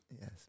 Yes